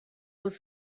was